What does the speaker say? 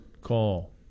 call